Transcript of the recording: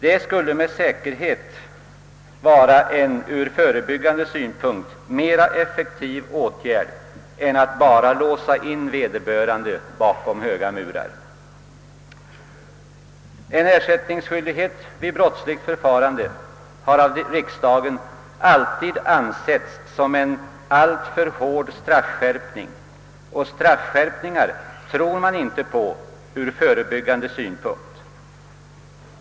Det skulle med säkerhet vara en ur förebyggande synpunkt mer effektiv åtgärd än det är att bara låsa in vederbörande bakom höga murar, Ersättningsskyldighet vid brottsligt förfarande har av riksdagen alltid ansetts vara en alltför hård straffskärpning, och straffskärpningar tror man inte har någon förebyggande verkan.